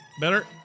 better